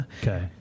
Okay